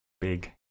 Big